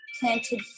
planted